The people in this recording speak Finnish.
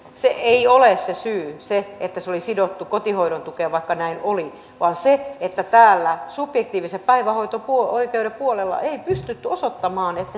se syy ei ole se että se oli sidottu kotihoidon tukeen vaikka näin oli vaan se että täällä subjektiivisen päivähoito oikeuden puolella ei pystytty osoittamaan että säästöt toteutuvat